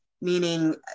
meaning